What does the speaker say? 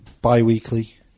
bi-weekly